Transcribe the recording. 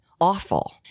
awful